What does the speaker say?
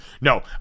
No